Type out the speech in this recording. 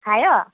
खायो